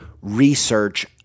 research